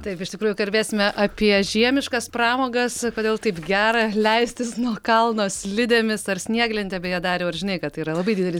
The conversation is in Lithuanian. taip iš tikrųjų kalbėsime apie žiemiškas pramogas kodėl taip gera leistis nuo kalno slidėmis ar snieglente beje dariau ir žinai kad yra labai didelis